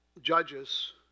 judges